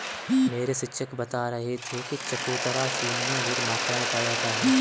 मेरे शिक्षक बता रहे थे कि चकोतरा चीन में अधिक मात्रा में पाया जाता है